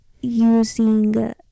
using